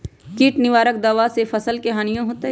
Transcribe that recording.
किट निवारक दावा से फसल के हानियों होतै?